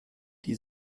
die